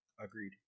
Agreed